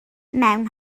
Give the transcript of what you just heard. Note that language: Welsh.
mewn